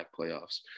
playoffs